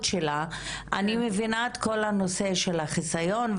שהציגה: אני מבינה את כל הנושא של החיסיון,